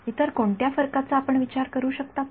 इतर कोणत्या फरकाचा आपण विचार करू शकता का